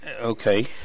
okay